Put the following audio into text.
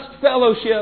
fellowship